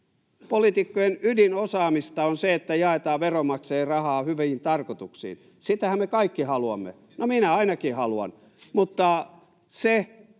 Poliitikkojen ydinosaamista on se, että jaetaan veronmaksajien rahaa hyviin tarkoituksiin, sitähän me kaikki haluamme. [Kimmo Kiljunen: